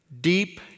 deep